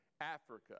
Africa